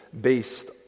based